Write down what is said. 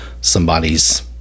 somebody's